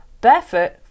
barefoot